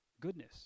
goodness